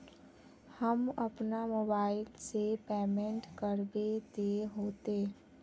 हम अपना मोबाईल से पेमेंट करबे ते होते?